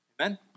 Amen